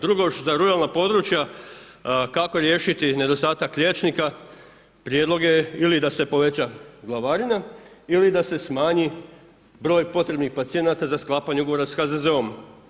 Drugo za ruralna područja kako riješiti nedostatak liječnika, prijedlog je ili da se poveća glavarina ili da se smanji broj potrebnih pacijenata za sklapanje ugovora s HZZO-om.